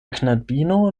knabino